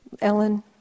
Ellen